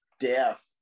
Death